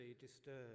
disturbed